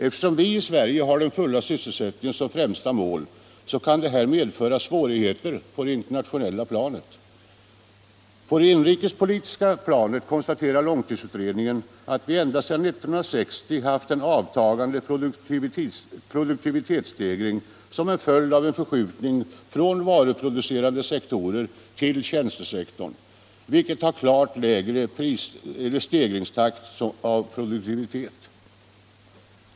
Eftersom vi i Sverige har den fulla sysselsättningen som främsta mål kan detta medföra svårigheter på det internationella planet. På det inrikespolitiska planet konstaterar långtidsutredningen att vi ända sedan 1960 haft en avtagande produktivitetsstegring som följd av en förskjutning från varuproducerande sektorer till tjänstesektorn, vilken har klart lägre stegringstakt i sin produktivitet.